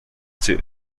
too